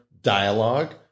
dialogue